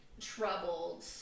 troubled